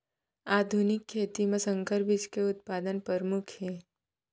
आधुनिक खेती मा संकर बीज के उत्पादन परमुख हे